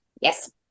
yes